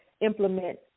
implement